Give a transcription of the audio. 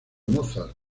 mozart